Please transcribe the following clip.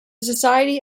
society